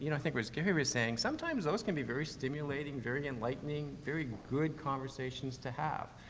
you know think it was gary was saying, sometimes those can be very stimulating, very enlightening, very good conversations to have.